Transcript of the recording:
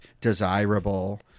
desirable